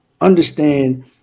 Understand